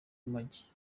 urumogi